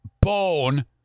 bone